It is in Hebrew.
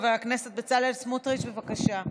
חבר הכנסת בצלאל סמוטריץ', בבקשה.